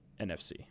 NFC